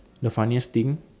the funniest thing